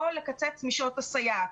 או לקצץ משעות הסייעת.